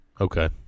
Okay